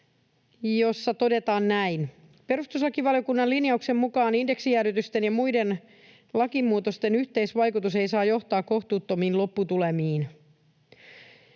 jossa todetaan näin: ”Perustuslakivaliokunnan linjauksen mukaan indeksijäädytysten ja muiden lakimuutosten yhteisvaikutus ei saa johtaa kohtuuttomiin lopputulemiin.”